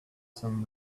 some